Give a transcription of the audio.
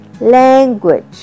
Language